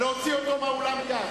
להוציא אותו מהאולם מייד.